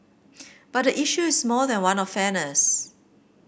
but the issue is more than one of fairness